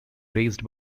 raised